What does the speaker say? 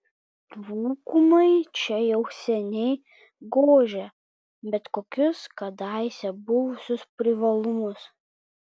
trūkumai čia jau seniai gožia bet kokius kadaise buvusius privalumus